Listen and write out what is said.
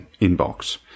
inbox